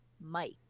Mike